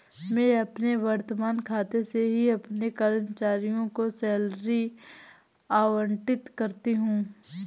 मैं अपने वर्तमान खाते से ही अपने कर्मचारियों को सैलरी आबंटित करती हूँ